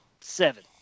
seven